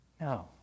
No